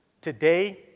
today